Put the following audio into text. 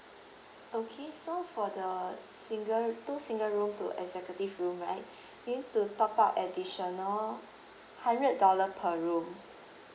okay so for the single two single room to executive room right you need to top up additional hundred dollar per room